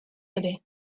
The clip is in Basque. ere